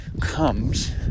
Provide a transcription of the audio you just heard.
...comes